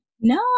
No